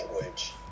language